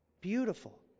beautiful